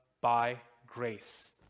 by-grace